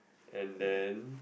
and then